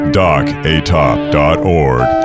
docatop.org